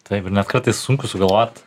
taip ir net kartais sunku sugalvot